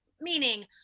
meaning